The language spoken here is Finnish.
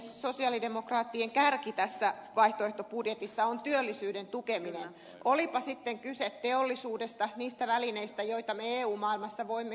sosialidemokraattien kärki tässä vaihtoehtobudjetissa on työllisyyden tukeminen olipa sitten kyse teollisuudesta tai niistä välineistä joita me eu maailmassa voimme käyttää